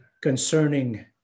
concerning